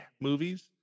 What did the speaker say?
movies